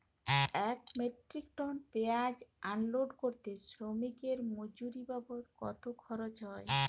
এক metric ton পেঁয়াজ unload করতে শ্রমিকের মজুরি বাবদ কত খরচ হয়?